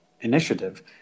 initiative